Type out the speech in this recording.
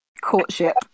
courtship